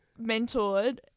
mentored